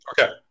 Okay